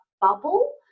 bubble